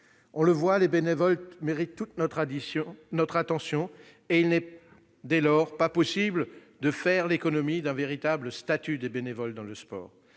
On le constate, les bénévoles méritent toute notre attention. Dès lors, il n'est pas possible de faire l'économie d'un véritable statut des bénévoles dans le sport.